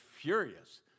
furious